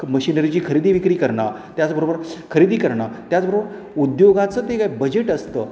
मशीनरीची खरेदी विक्री करनं त्याचबरोबर खरेदी करणं त्याचबरोबर उद्योगाचं ते काय बजेट असतं